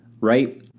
right